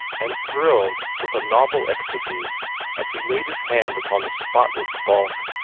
and thrilled with a novel ecstasy as he laid his hand upon the spotless bulk,